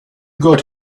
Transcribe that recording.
got